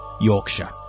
Yorkshire